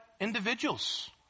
individuals